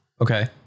Okay